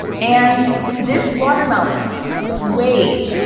and this watermelon weighed.